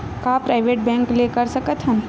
का private bank ले कर सकत हन?